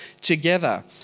together